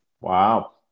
Wow